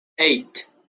eight